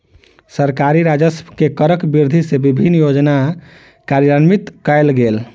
सरकारी राजस्व मे करक वृद्धि सँ विभिन्न योजना कार्यान्वित कयल गेल